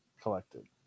collected